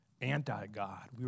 anti-God